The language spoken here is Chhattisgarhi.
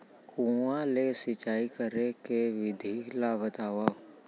कुआं ले सिंचाई करे के विधि ला बतावव?